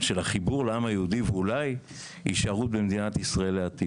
החיבור לעם היהודי ואולי יישארו במדינת ישראל לעתיד.